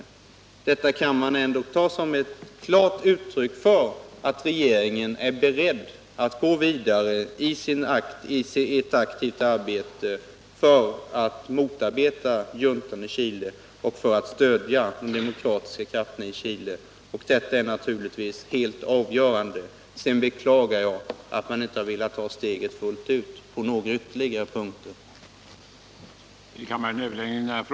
Detta kan jag ändå ta som ett klart uttryck för att regeringen är beredd att gå vidare i ett aktivt arbete för att motarbeta juntan och för att stödja de demokratiska krafterna i Chile. Detta är naturligtvis helt avgörande. Sedan beklagar jag att man inte har velat ta steget fullt ut på ytterligare några punkter.